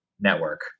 network